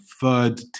third